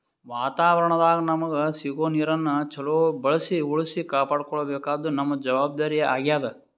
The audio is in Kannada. ವಾತಾವರಣದಾಗ್ ನಮಗ್ ಸಿಗೋ ನೀರನ್ನ ಚೊಲೋ ಬಳ್ಸಿ ಉಳ್ಸಿ ಕಾಪಾಡ್ಕೋಬೇಕಾದ್ದು ನಮ್ಮ್ ಜವಾಬ್ದಾರಿ ಆಗ್ಯಾದ್